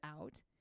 out